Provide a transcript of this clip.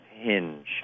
hinge